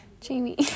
Jamie